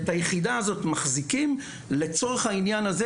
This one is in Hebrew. ואת היחידה הזאת מחזיקים לצורך העניין הזה,